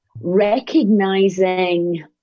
recognizing